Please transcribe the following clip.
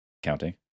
counting